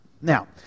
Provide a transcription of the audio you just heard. Now